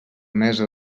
mesa